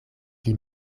pli